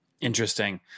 Interesting